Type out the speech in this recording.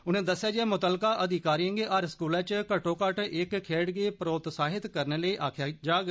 उनें दस्सेया जे मुतलका अधिकारियें गी हर स्कूल च घट्टो घट्ट इक खेड्ड गी प्रोत्साहित करने लेई आक्खेया जाग